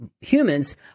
humans